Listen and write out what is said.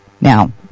Now